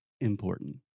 important